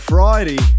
Friday